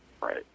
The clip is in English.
Right